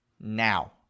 now